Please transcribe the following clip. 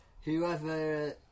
Whoever